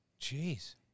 Jeez